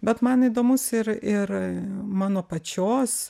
bet man įdomus ir ir mano pačios